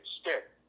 stick